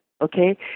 okay